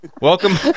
Welcome